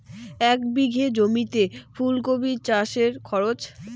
এক বিঘে জমিতে ফুলকপি চাষে খরচ?